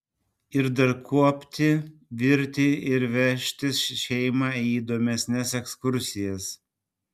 ir dar kuopti virti ir vežtis šeimą į įdomesnes ekskursijas